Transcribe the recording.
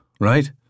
right